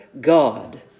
God